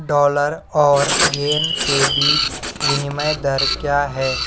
dollar और yen के बीच विनिमय दर क्या है